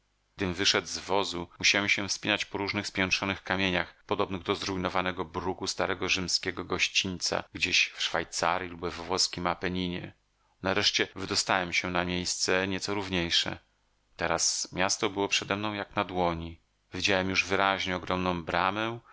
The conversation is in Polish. gdym wyszedł z wozu musiałem się wspinać po różnych spiętrzonych kamieniach podobnych do zrujnowanego bruku starego rzymskiego gościńca gdzieś w szwajcarji lub we włoskim apeninie nareszcie wydostałem się na miejsce nieco równiejsze teraz miasto było przedemną jak na dłoni widziałem już wyraźnie ogromną bramę